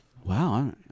Wow